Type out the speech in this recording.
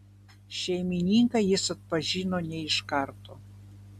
šeimininką jis atpažino ne iš karto